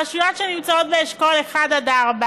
הרשויות שנמצאות באשכול 1 4: